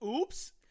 oops